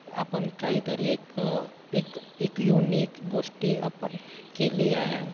आपण काहीतरी एक एक एक युनिक गोष्टी आपण केली आहे